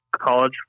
college